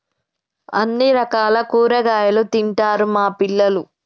అన్ని రకాల కూరగాయలు తింటారు మా పిల్లలు